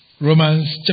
Romans